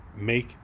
make